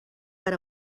per